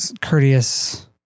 courteous